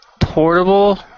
Portable